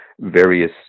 various